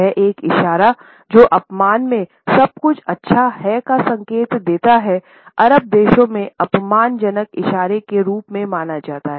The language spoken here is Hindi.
वह एक इशारा जो जापान में सब कुछ अच्छा है का संकेत देता हैं अरब देशों में अपमान जनक इशारे के रूप में माना जा सकता है